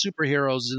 superheroes